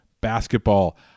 basketball